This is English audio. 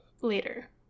later